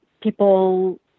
people